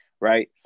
Right